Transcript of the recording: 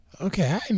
Okay